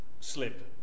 slip